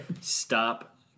stop